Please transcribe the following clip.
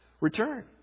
return